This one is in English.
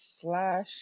slash